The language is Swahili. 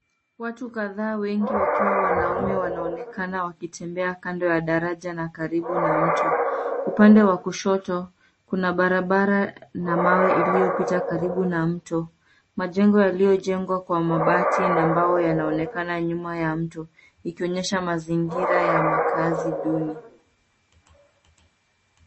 Watu kadhaa wengi wakiwa wanaume wanaonekana wakitembea kando ya daraja na karibu na mto. Upande wa kushoto kuna barabara na mawe iliyopita karibu na mto. Majengo yaliyojengwa kwa mabati na mbao yanaonekana nyuma ya mto ikionyesha mazingira ya makaazi duni.